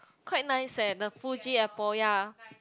quite nice eh the Fuji apple ya